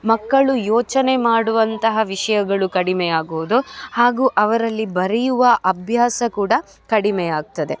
ಮಕ್ಕಳು ಯೋಚನೆ ಮಾಡುವಂತಹ ವಿಷಯಗಳು ಕಡಿಮೆಯಾಗುವುದು ಹಾಗು ಅವರಲ್ಲಿ ಬರೆಯುವ ಅಭ್ಯಾಸ ಕೂಡ ಕಡಿಮೆಯಾಗ್ತದೆ